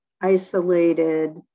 isolated